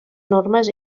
normes